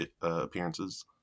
appearances